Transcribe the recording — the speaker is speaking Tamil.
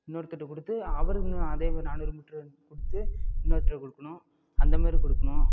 இன்னொருத்தர்கிட்ட கொடுத்து அவரும் அதே மாரி நானூறு மீட்ரு வந் கொடுத்து இன்னொருட்ட கொடுக்குணும் அந்த மாரி கொடுக்குணும்